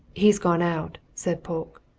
he's gone out, said polke.